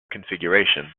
configuration